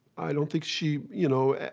i don't think she. you know,